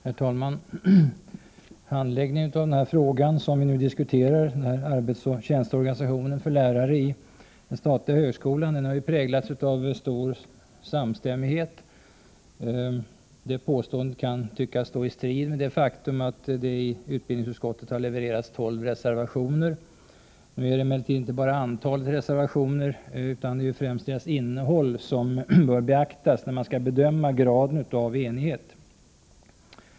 Herr talman! Handläggningen av den fråga vi nu diskuterar, arbetsoch tjänsteorganisationen för lärare i den statliga högskolan, har präglats av stor samstämmighet. Det påståendet kan tyckas stå i strid med det faktum att det i utbildningsutskottet har levererats 12 reservationer. Nu är det emellertid inte bara antalet reservationer utan främst deras innehåll som bör beaktas när man ska bedöma graden av enighet.